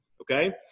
Okay